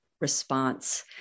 response